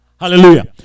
Hallelujah